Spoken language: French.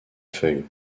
feuille